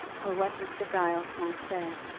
or what mr. giles might say,